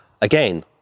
again